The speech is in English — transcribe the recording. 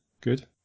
Good